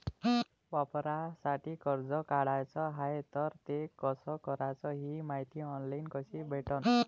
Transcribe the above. वावरासाठी कर्ज काढाचं हाय तर ते कस कराच ही मायती ऑनलाईन कसी भेटन?